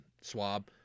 swab